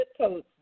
codes